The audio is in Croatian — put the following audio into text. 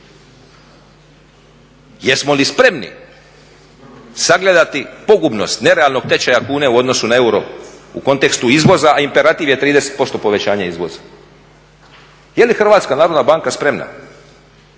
Jesmo li spremni sagledati pogubnost nerealnog tečaja kune u odnosu na euro u kontekstu izvoza, a imperativ je 30% povećanje izvoza? Je li HNB spremna